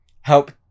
Help